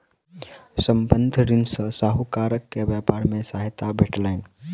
संबंद्ध ऋण सॅ साहूकार के व्यापार मे सहायता भेटलैन